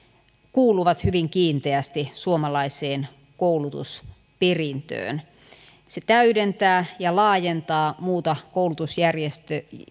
kuuluvat hyvin kiinteästi suomalaiseen koulutusperintöön se täydentää ja laajentaa muuta koulutusjärjestelmää